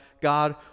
God